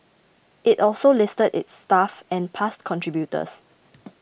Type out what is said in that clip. it also listed its staff and past contributors